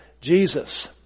Jesus